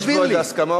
יש פה הסכמה?